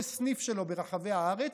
כל סניף שלו ברחבי הארץ,